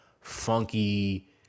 funky